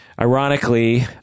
Ironically